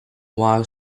while